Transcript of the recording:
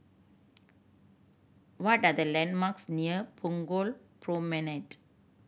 what are the landmarks near Punggol Promenade